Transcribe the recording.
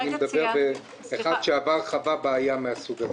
ואני מדבר כאחד שחווה בעיה מהסוג הזה.